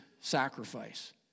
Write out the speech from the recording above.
sacrifice